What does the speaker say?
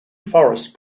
forest